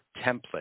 template